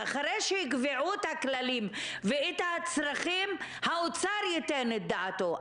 ואחרי שיקבעו את הכללים ואת הצרכים האוצר ייתן את דעתו.